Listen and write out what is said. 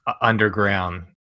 underground